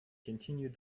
continued